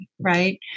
right